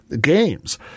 games